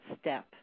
step